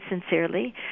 sincerely